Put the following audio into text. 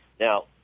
Now